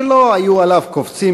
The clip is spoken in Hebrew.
שלא היו עליו קופצים,